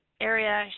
area